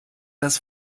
das